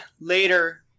later